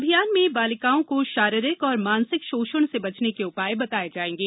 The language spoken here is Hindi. अभियान में बालिकाओं को शारीरिक और मानसिक शोषण से बचने के उपाय बताए जाएंगे